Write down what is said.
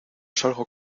salgo